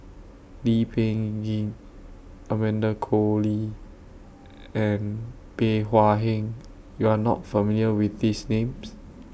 Lee Peh Gee Amanda Koe Lee and Bey Hua Heng YOU Are not familiar with These Names